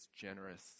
generous